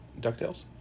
DuckTales